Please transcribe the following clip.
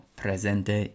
presente